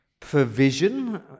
provision